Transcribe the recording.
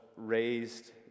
raised